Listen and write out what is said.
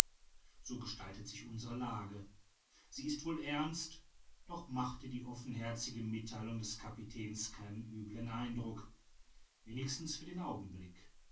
so gestaltet sich unsere lage sie ist wohl ernst doch machte die offenherzige mittheilung des kapitäns keinen üblen eindruck wenigstens für den augenblick